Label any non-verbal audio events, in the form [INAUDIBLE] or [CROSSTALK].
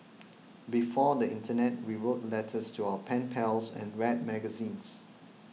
[NOISE] before the internet we wrote letters to our pen pals and read magazines